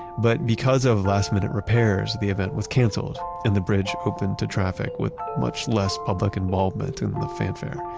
but because of last-minute repairs, the event with canceled and the bridge opened to traffic with much less public involvement in the fanfare,